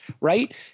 Right